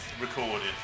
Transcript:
recorded